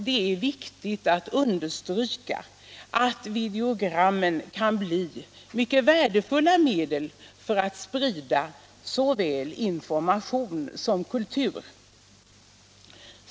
Det är viktigt att understryka att videogrammen kan bli värdefulla medel för att sprida såväl information som kultur.